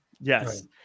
Yes